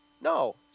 No